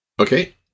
Okay